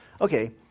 okay